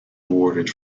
awarded